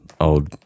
old